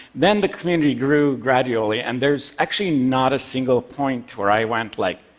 then the community grew gradually. and there's actually not a single point where i went like,